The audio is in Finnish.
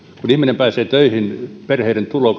ihminen pääsee töihin perheiden tulo